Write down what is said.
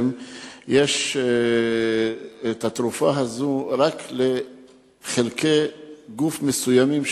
יש התרופה הזאת רק לחלקי גוף מסוימים,